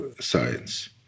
science